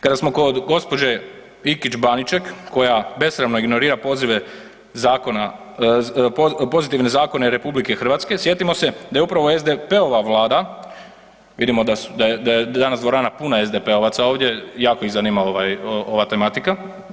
Kada smo kod gospođe Ikić Baniček koja besramno ignorira pozive zakona, pozitivne zakone RH sjetimo se da je upravo SDP-ova vlada, vidimo da je danas dvorana puna SDP-ovaca ovdje, jako ih zanima ovaj ova tematika.